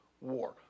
war